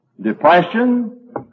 Depression